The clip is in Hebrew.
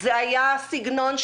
זה היה סגנון של: